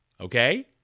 Okay